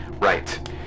right